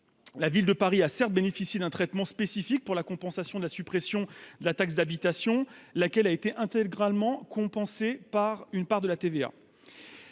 la ville de Paris a certes bénéficié d'un traitement spécifique pour la compensation de la suppression de la taxe d'habitation, laquelle a été intégralement compensée par une part de la TVA,